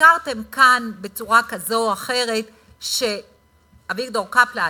הזכרתם כאן בצורה כזאת או אחרת שאביגדור קפלן,